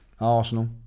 Arsenal